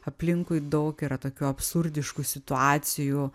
aplinkui daug yra tokių absurdiškų situacijų